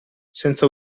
senza